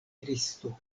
kristo